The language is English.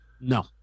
No